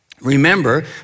remember